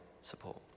support